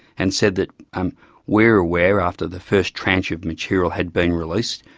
and said that um we're aware after the first tranche of material had been released,